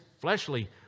fleshly